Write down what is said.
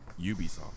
Ubisoft